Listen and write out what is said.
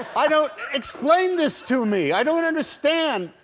i don't explain this to me, i don't understand.